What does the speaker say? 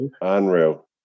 Unreal